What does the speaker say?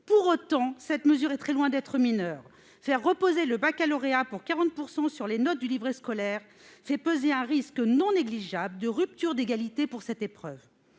Pour autant, cette mesure est très loin d'être mineure : faire reposer le baccalauréat pour 40 % sur les notes du livret scolaire fait peser un risque non négligeable de rupture d'égalité devant ce diplôme.